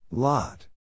Lot